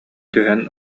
түһэн